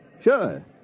Sure